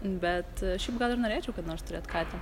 bet šiaip gal ir norėčiau kada nors turėt katę